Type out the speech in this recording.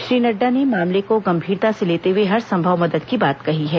श्री नड़डा ने मामले को गंभीरता से लेते हए हरसंभव मदद की बात कही है